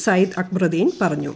സയ്യിദ് അക്ബറുദ്ദീൻ പറഞ്ഞു